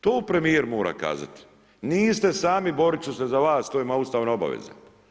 To premijer mora kazati niste sami, borit ću se za vas, to je moja ustavna obaveza.